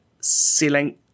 Ceiling